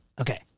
Okay